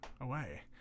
away